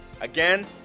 Again